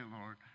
Lord